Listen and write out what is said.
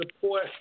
support